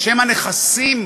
בשם הנכסים